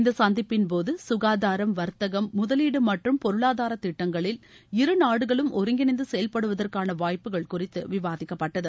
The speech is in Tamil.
இந்த சந்திப்பின்போது சுகாதாரம் வர்த்தகம் முதலீடு மற்றும் பொருளாதாரத் திட்டங்களில் இருநாடுகளும் ஒருங்கிணைந்து செயல்படுவதற்கான வாய்ப்புகள் குறித்து விவாதிக்கப்பட்டது